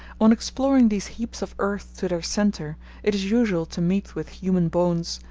on exploring these heaps of earth to their centre, it is usual to meet with human bones,